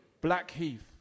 Blackheath